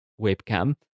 webcam